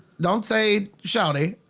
don't say shorty.